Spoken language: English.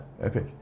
epic